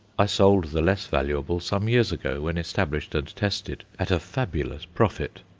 i sold the less valuable some years ago, when established and tested, at a fabulous profit.